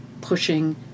pushing